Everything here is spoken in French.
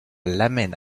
l’amène